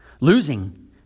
losing